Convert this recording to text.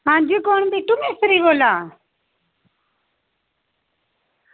आं जी कुन्न बिट्टु मिस्तरी बोल्ला दा